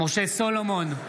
משה סולומון,